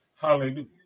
hallelujah